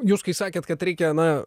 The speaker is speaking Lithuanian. jūs kai sakėt kad reikia na